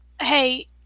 hey